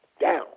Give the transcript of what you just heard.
down